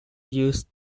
used